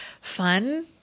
fun